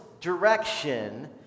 direction